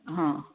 हां